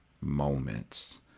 moments